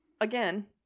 again